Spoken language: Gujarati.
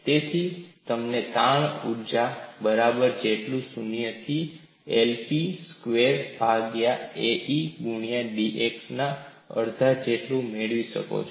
તેથી તમને તાણ ઊર્જા બરાબર જેટલું શુન્ય થી L P નો સ્ક્વેર્ડ ભાગ્યા A E ગુણ્યા dxના અડ્ધુ જેટ્લુ મેળવી શકો છો